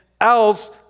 else